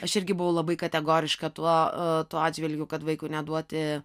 aš irgi buvau labai kategoriška tuo a tuo atžvilgiu kad vaikui neduoti